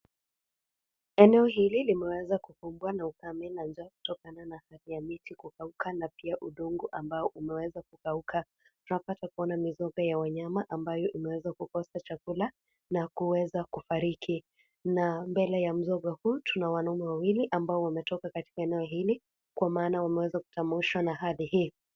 Eneo hili limeweza kukumbwa na ukame na njaa kutokana na tabia miti kukauka na pia udongo ambao umeweza kukauka. Tunapata kuona mizoga ya wanyama ambayo imeweza kukosa chakula na kuweza kufariki. Na mbele ya mzoga huu, tunaona wanaume wawili ambao wametoka katika eneo hili kwa maana wameweza kutamaushwa na hali hii.